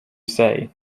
say